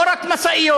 לא רק משאיות,